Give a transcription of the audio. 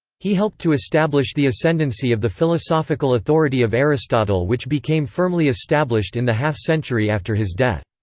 he helped to establish the ascendancy of the philosophical authority of aristotle which became firmly established in the half-century after his death.